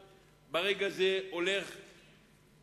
ברגע זה הוא הולך ונכשל.